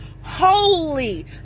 holy